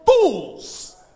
fools